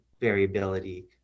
variability